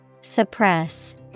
Suppress